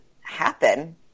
happen